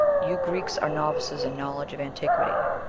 you greeks are novices in knowledge of antiquity.